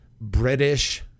British